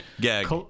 gag